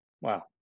Wow